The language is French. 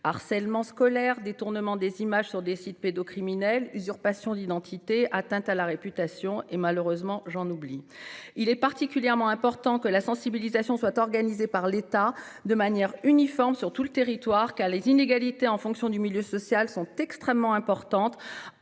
harcèlement scolaire, détournement sur des sites pédocriminels, usurpation d'identité, atteinte à la réputation ... Malheureusement, j'en oublie. Il est particulièrement important que la sensibilisation soit organisée par l'État de manière uniforme sur tout le territoire, car les inégalités en fonction du milieu social sont très importantes